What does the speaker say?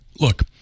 Look